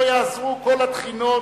לא יעזרו כל התחינות.